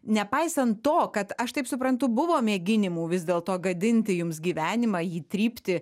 nepaisant to kad aš taip suprantu buvo mėginimų vis dėl to gadinti jums gyvenimą jį trypti